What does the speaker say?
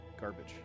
Garbage